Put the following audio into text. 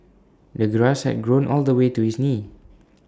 the grass had grown all the way to his knees